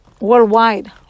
worldwide